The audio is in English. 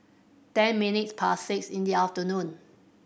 ten minutes past six in the afternoon